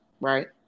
right